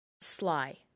sly